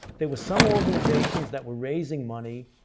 there were some organizations that were raising money,